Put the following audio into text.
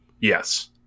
Yes